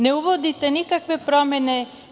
Ne uvodite nikakve promene.